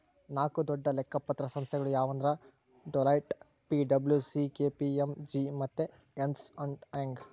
ನಾಕು ದೊಡ್ಡ ಲೆಕ್ಕ ಪತ್ರ ಸಂಸ್ಥೆಗುಳು ಯಾವಂದ್ರ ಡೆಲೋಯ್ಟ್, ಪಿ.ಡಬ್ಲೂ.ಸಿ.ಕೆ.ಪಿ.ಎಮ್.ಜಿ ಮತ್ತೆ ಎರ್ನ್ಸ್ ಅಂಡ್ ಯಂಗ್